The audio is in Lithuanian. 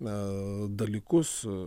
na dalykus